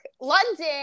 London